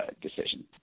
decision